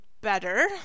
better